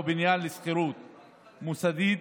או בניין לשכירות מוסדית,